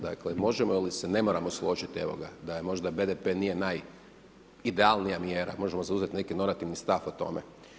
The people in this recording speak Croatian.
Dakle možemo ili se ne moramo složiti, evo ga, da možda BDP nije najidealnija mjera, možemo zauzeti neki normativni stav o tome.